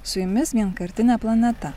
su jumis vienkartinė planeta